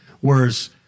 whereas